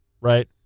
right